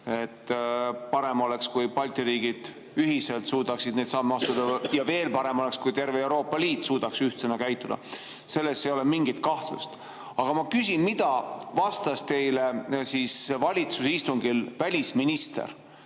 et parem oleks, kui Balti riigid suudaksid ühiselt neid samme astuda, ja veel parem oleks, kui terve Euroopa Liit suudaks ühtsena käituda. Selles ei ole mingit kahtlust. Aga mida vastas teile valitsuse istungil välisminister?